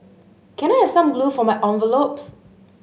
can I have some glue for my envelopes